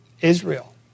Israel